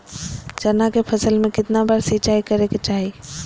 चना के फसल में कितना बार सिंचाई करें के चाहि?